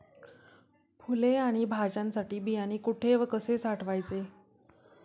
फुले आणि भाज्यांसाठी बियाणे कुठे व कसे साठवायचे?